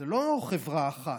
זו לא חברה אחת,